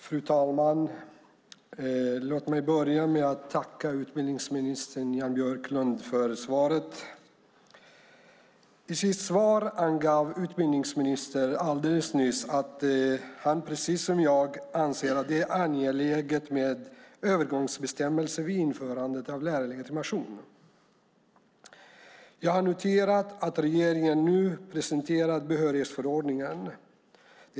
Fru talman! Låt mig börja med att tacka utbildningsminister Jan Björklund för svaret. I sitt svar angav utrikesministern alldeles nyss att han precis som jag anser att det är angeläget med övergångsbestämmelser vid införandet av lärarlegitimation. Jag har noterat att regeringen nu presenterar en behörighetsförordning.